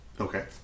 Okay